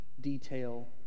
detail